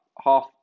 Half